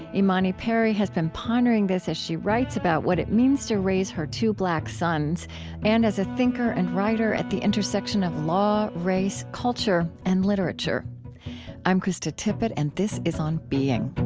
imani perry has been pondering this as she writes about what it means to raise her two black sons and as a thinker and writer at the intersection of law, race, culture, and literature i'm krista tippett, and this is on being.